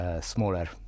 Smaller